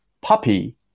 puppy